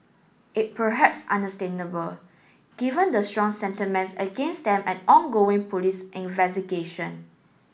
it perhaps understandable given the strong sentiments against them and ongoing police investigation